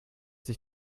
sich